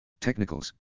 Technicals